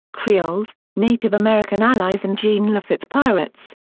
creoles, native american allies and jean lafitte's pirates.